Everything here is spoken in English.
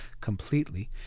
completely